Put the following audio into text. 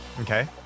Okay